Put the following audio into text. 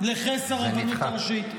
-- לכס הרבנות הראשית.